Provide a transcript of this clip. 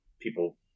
people